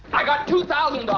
i got two thousand